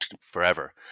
forever